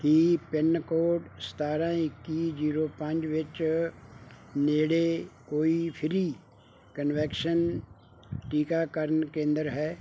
ਕੀ pin code ਸਤਾਰ੍ਹਾਂ ਇੱਕੀ zero ਪੰਜ ਵਿੱਚ ਨੇੜੇ ਕੋਈ ਫ੍ਰੀ ਕਨਵੈਕਸ਼ਨ ਟੀਕਾਕਰਨ ਕੇਂਦਰ ਹੈ